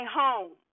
home